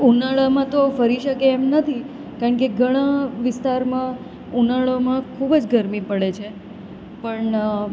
ઉનાળામાં તો ફરી શકે એમ નથી કારણ કે ઘણાં વિસ્તારમાં ઉનાળામાં ખૂબ જ ગરમી પડે છે પણ